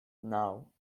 nou